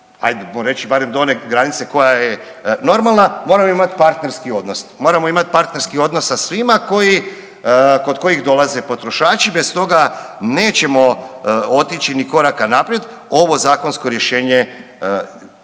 hajdemo reći barem do one granice koja je normalna, moramo imati partnerski odnos. Moramo imati partnerski odnos sa svima kod kojih dolaze potrošači. Bez toga nećemo otići ni koraka naprijed. Ovo zakonsko rješenje